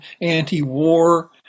anti-war